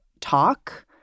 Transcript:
talk